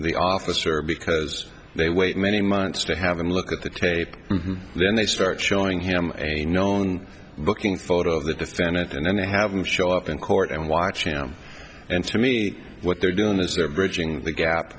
the officer because they wait many months to have him look at the tape then they start showing him a known booking photo of the defendant and then they have them show up in court and watch him and to me what they're doing is they're verging the gap